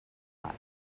pot